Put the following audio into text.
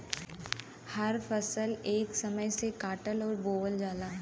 हर फसल एक समय से काटल अउर बोवल जाला